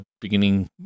beginning